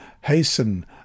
hasten